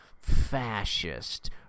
fascist